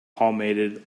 palmated